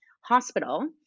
hospital